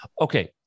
Okay